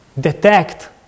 detect